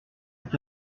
est